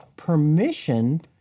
permission